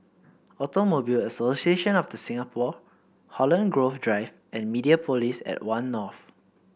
Automobile Association of The Singapore Holland Grove Drive and Mediapolis at One North